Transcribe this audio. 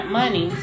money